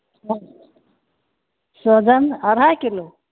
हॅं सोहजन अढ़ाइ किलो